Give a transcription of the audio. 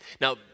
Now